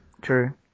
True